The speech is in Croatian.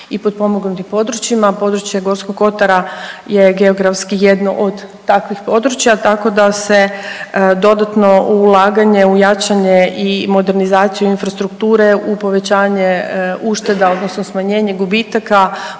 i potpomognutim područjima. Područje Gorskog kotara je geografski jedno od takvih područja, tako da se dodatno ulaganje u jačanje i modernizaciju infrastrukture, u povećanje ušteda odnosno smanjenje gubitaka,